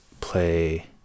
play